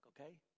okay